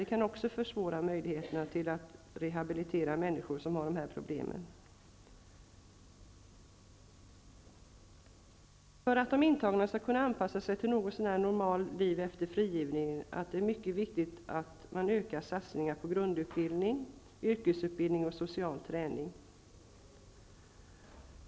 Det kan också försvåra rehabiliteringen av människor som har dessa problem. För att de intagna skall kunna anpassa sig till ett något så när normalt liv efter frigivningen är det mycket viktigt att man ökar satsningarna på grundutbildning, yrkesutbildning och social träning.